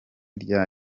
rya